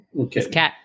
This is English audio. Okay